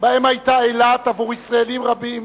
שבהם היתה אילת עבור ישראלים רבים